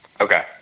Okay